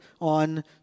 on